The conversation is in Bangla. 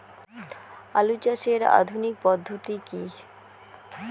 আলু চাষের আধুনিক পদ্ধতি কি?